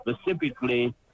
specifically